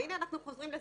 הינה, אנחנו חוזרים לזה.